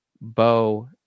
Bo